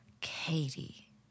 Katie